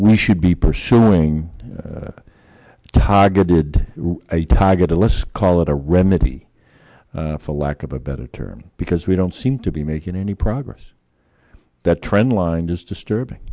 we should be pursuing targeted a target a let's call it a remedy for lack of a better term because we don't seem to be making any progress that trend line just disturbing